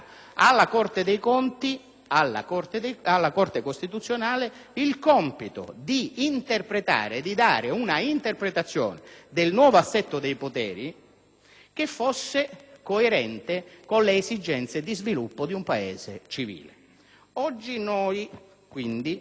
alla Corte costituzionale il compito di dare un'interpretazione del nuovo assetto dei poteri che fosse coerente con le esigenze di sviluppo di un Paese civile. Oggi, quindi, ci troviamo